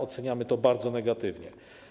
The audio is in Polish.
Oceniamy to bardzo negatywnie.